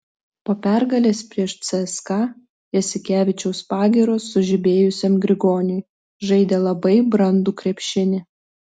po pergalės prieš cska jasikevičiaus pagyros sužibėjusiam grigoniui žaidė labai brandų krepšinį